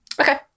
Okay